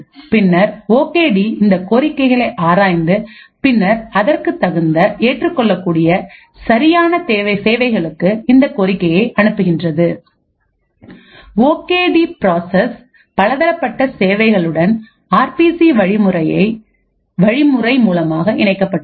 பின்னர் OK D இந்த கோரிக்கைகளை ஆராய்ந்து பின்னர் அதற்கு தகுந்தஏற்றுக்கொள்ளக்கூடிய சரியான சேவைகளுக்கு இந்த கோரிக்கையை அனுப்புகின்றது ஓகே டி ப்ராசஸ் பலதரப்பட்ட சேவைகளுடன் ஆர் பி சி வழிமுறை மூலமாக இணைக்கப்பட்டுள்ளது